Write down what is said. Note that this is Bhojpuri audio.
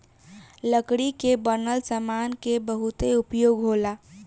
लकड़ी के बनल सामान के बहुते उपयोग होला